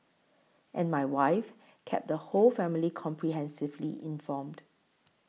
and my wife kept the whole family comprehensively informed